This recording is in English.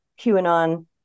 QAnon